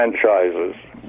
franchises